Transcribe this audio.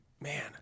Man